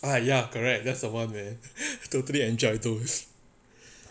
ugh ya correct that's the one man totally enjoyed those